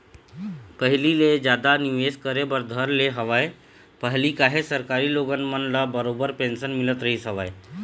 पहिली ले जादा निवेश करे बर धर ले हवय पहिली काहे सरकारी लोगन मन ल बरोबर पेंशन मिलत रहिस हवय